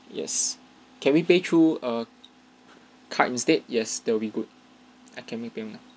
yes can we pay through err card instead yes that will be good I can make payment